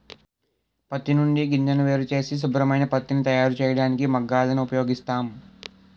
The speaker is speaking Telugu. పత్తి నుండి గింజను వేరుచేసి శుభ్రమైన పత్తిని తయారుచేయడానికి మగ్గాలను ఉపయోగిస్తాం